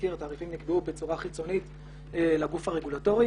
מזכיר שבעבר התעריפים נקבעו בצורה חיצונית לגוף הרגולטורי